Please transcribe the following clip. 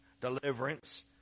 Deliverance